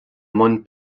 mbun